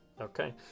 okay